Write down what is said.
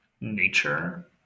nature